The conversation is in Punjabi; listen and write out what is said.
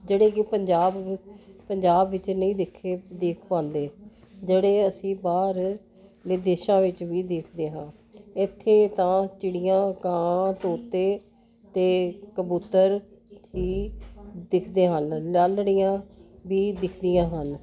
ਜਿਹੜੇ ਕਿ ਪੰਜਾਬ ਪੰਜਾਬ ਵਿੱਚ ਨਹੀਂ ਦੇਖੇ ਦੇਖ ਪਾਉਂਦੇ ਜਿਹੜੇ ਅਸੀਂ ਬਾਹਰਲੇ ਦੇਸ਼ਾਂ ਵਿੱਚ ਵੀ ਦੇਖਦੇ ਹਾਂ ਇੱਥੇ ਤਾਂ ਚਿੜੀਆਂ ਕਾਂ ਤੋਤੇ ਅਤੇ ਕਬੂਤਰ ਹੀ ਦਿੱਖਦੇ ਹਨ ਲਾਲੜੀਆਂ ਵੀ ਦਿੱਖਦੀਆਂ ਹਨ